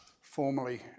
formally